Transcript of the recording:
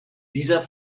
dieser